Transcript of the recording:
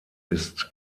ist